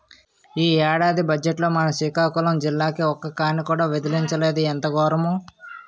ఈ ఏడాది బజ్జెట్లో మన సికాకులం జిల్లాకి ఒక్క కానీ కూడా విదిలించలేదు ఎంత గోరము